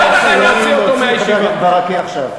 חבר הכנסת ברכה,